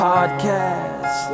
Podcast